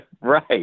Right